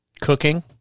cooking